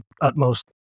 utmost